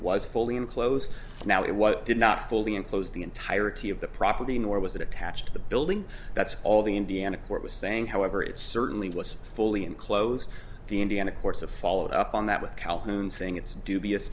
was fully enclosed now it was did not fully enclosed the entirety of the property nor was it attached to the building that's all the indiana court was saying however it certainly was fully and close the indiana courts of followed up on that with calhoun saying it's dubious